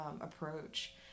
approach